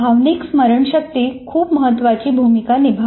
भावनिक स्मरणशक्ती खूप महत्वाची भूमिका निभावते